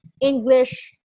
English